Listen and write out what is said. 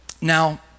Now